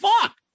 fuck